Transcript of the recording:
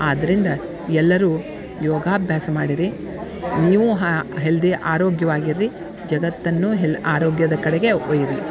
ಆದ್ದರಿಂದ ಎಲ್ಲರೂ ಯೋಗಾಭ್ಯಾಸ ಮಾಡಿರಿ ನೀವೂ ಹೆಲ್ದಿ ಆರೋಗ್ಯವಾಗಿ ಇರ್ರಿ ಜಗತ್ತನ್ನೂ ಹಿಲ್ ಆರೋಗ್ಯದ ಕಡೆಗೆ ಒಯ್ಯಿರಿ